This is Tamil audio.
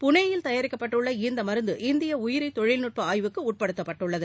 புனேயில் தயாரிக்கப்பட்டுள்ள இந்த மருந்து இந்திய உயிரி தொழில்நுட்ப ஆய்வுக்கு உட்படுத்தப்பட்டுள்ளது